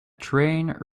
trained